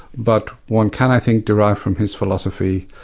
but one can i think derive from his philosophy